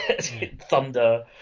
thunder